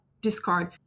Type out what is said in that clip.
discard